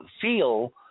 feel